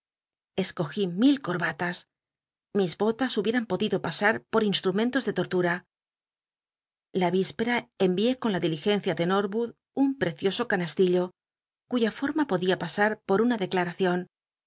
escogí mil corbatas llis bolas hubieran podido pasar por instrumentos de tortura la y íspcra envié con la diligencia de nor'ood un precioso canastillo cuya forma podia pasar por una declaracion